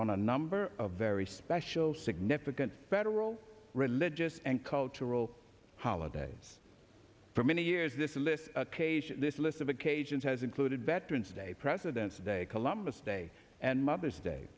on a number of very special significant federal religious and cultural holidays for many years this list occasion this list of occasions has included veterans day presidents day columbus day and mother's day